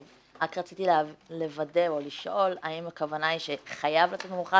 רק רציתי לוודא או לשאול אם הכוונה היא שחייב לצאת במכרז